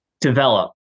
develop